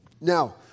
Now